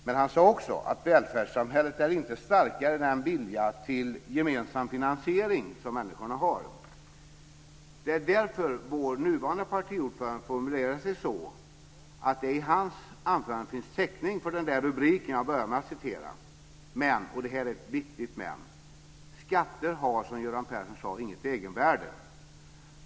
Men han sade också att välfärdssamhället inte är starkare än den vilja till gemensam finansiering som människorna har. Det är därför som vår nuvarande partiordförande formulerar sig så att det i hans anförande finns täckning för den där rubriken som jag började med att citera. Men, och detta är ett viktigt men, skatter har, som Göran Persson sade, inget egenvärde.